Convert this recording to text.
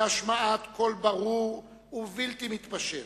בהשמעת קול ברור ובלתי מתפשר,